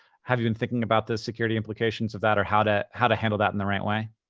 have you been thinking about the security implications of that, or how to how to handle that in the right way?